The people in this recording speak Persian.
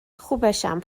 خوبشم